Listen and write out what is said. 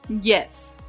yes